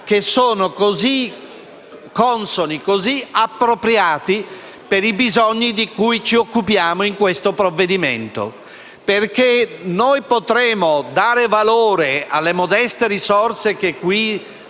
che sono così consoni ed appropriati per i bisogni di cui ci occupiamo in questo provvedimento. Infatti, potremo dare valore alle modeste risorse che qui stanziamo